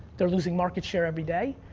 they're losing market share every day.